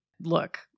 Look